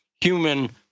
human